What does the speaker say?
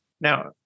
now